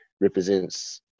represents